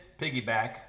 Piggyback